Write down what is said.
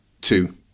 two